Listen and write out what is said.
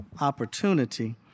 opportunity